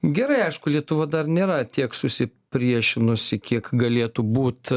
gerai aišku lietuva dar nėra tiek susipriešinusi kiek galėtų būt